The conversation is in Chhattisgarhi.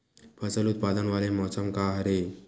फसल उत्पादन वाले मौसम का हरे?